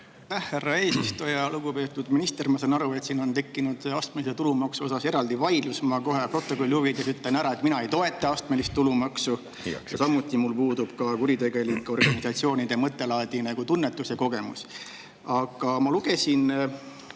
härra eesistuja! Lugupeetud minister! Ma saan aru, et siin on tekkinud astmelise tulumaksu üle eraldi vaidlus. Ma ütlen kohe protokolli huvides ära, et mina ei toeta astmelist tulumaksu ja samuti puudub mul kuritegelike organisatsioonide mõttelaadi tunnetuse kogemus. Aga ma lugesin